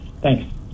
Thanks